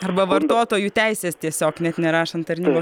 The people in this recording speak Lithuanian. arba vartotojų teisės tiesiog net nerašant tarnybos